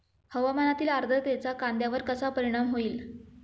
हवामानातील आर्द्रतेचा कांद्यावर कसा परिणाम होईल?